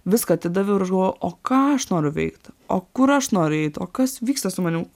viską atidaviau ir aš galvoju o ką aš noriu veikt o kur aš noriu eit o kas vyksta su manim